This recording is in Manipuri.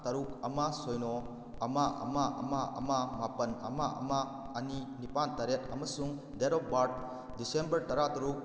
ꯇꯔꯨꯛ ꯑꯃ ꯁꯤꯅꯣ ꯑꯃ ꯑꯃ ꯑꯃ ꯑꯃ ꯃꯥꯄꯜ ꯑꯃ ꯑꯃ ꯑꯅꯤ ꯅꯤꯄꯥꯜ ꯇꯔꯦꯠ ꯑꯃꯁꯨꯡ ꯗꯦꯠ ꯑꯣꯐ ꯕꯥꯔꯠ ꯗꯤꯁꯦꯝꯕꯔ ꯇꯔꯥꯇꯔꯨꯛ